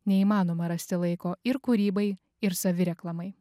neįmanoma rasti laiko ir kūrybai ir savireklamai